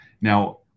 Now